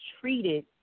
treated